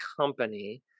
company